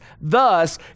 Thus